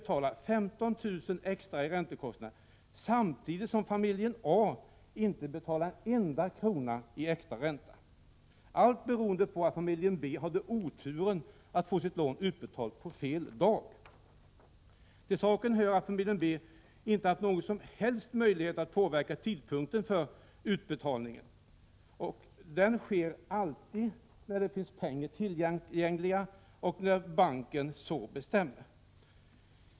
Till saken hör att familjen B inte haft någon som helst möjlighet att påverka tidpunkten för utbetalningen av hypotekslånet. Det är alltid banken som bestämmer när utbetalning skall ske, när pengar finns tillgängliga.